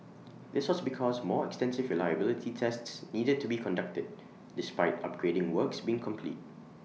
this was because more extensive reliability tests needed to be conducted despite upgrading works being complete